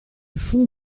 fond